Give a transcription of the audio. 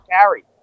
carry